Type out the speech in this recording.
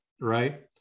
right